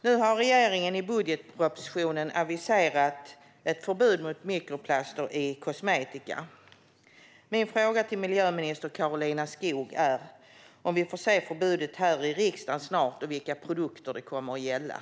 Nu har regeringen i budgetpropositionen aviserat ett förbud mot mikroplaster i kosmetika. Min fråga till miljöminister Karolina Skog är om vi får se förslaget till förbud här i riksdagen snart och vilka produkter det gäller.